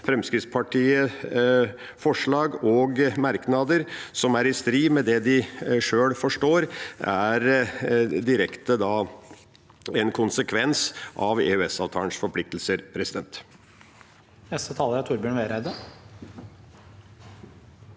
Fremskrittspartiet forslag og merknader som er i strid med det de sjøl forstår er en direkte konsekvens av EØS-avtalens forpliktelser. Torbjørn